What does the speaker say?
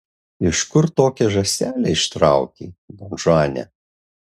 iš kur tokią žąselę ištraukei donžuane